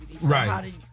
Right